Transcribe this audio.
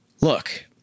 Look